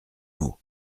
mot